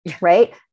Right